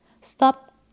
Stop